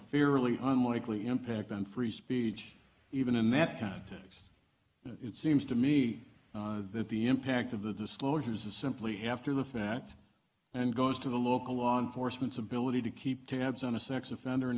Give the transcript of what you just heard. fairly unlikely impact on free speech even in that context it seems to me that the impact of the disclosures is simply after the fact and goes to the local law enforcement's ability to keep tabs on a sex offender an